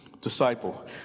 disciple